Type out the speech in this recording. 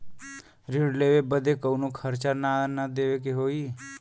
ऋण लेवे बदे कउनो खर्चा ना न देवे के होई?